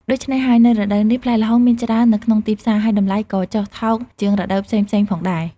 ដូច្នេះហើយ នៅរដូវនេះ ផ្លែល្ហុងមានច្រើននៅក្នុងទីផ្សារ ហើយតម្លៃក៏ចុះថោកជាងរដូវផ្សេងៗផងដែរ។